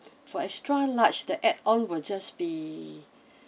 for extra large the add on will just be